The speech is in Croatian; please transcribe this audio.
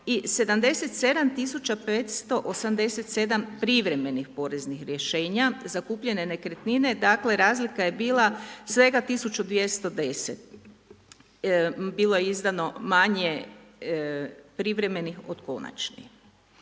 587 privremenih poreznih rješenja za kupljene nekretnine. Dakle, razlika je bila svega 1210. Bilo je izdano manje privremenih od konačnih.